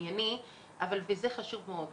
אבל זה חשוב מאוד,